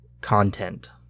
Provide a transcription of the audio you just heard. content